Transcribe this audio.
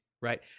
right